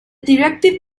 directive